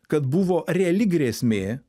kad buvo reali grėsmė